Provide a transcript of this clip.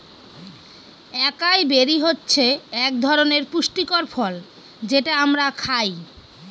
একাই বেরি হচ্ছে এক ধরনের পুষ্টিকর ফল যেটা আমরা খায়